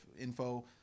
info